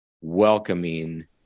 welcoming